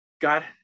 God